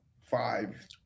five